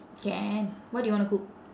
can what do you wanna cook